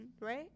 right